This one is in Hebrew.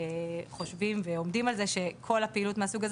חושבים ועומדים על כך שכל הפעילות מהסוג הזה